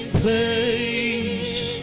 place